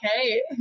okay